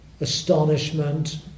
astonishment